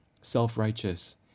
self-righteous